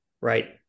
right